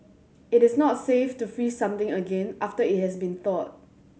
it is not safe to freeze something again after it has been thawed